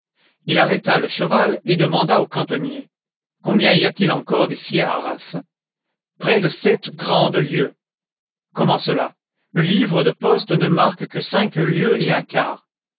il arrêta le cheval et demanda au cantonnier combien y a-t-il encore d'ici à arras près de sept grandes lieues comment cela le livre de poste ne marque que cinq lieues et un quart